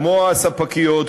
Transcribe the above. כמו הספקיות,